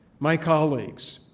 my colleagues,